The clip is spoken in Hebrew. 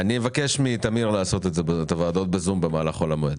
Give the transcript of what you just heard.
אני אבקש מטמיר לעשות את הוועדות בזום במהלך חול המועד.